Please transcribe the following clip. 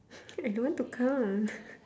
I don't want to count